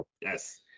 Yes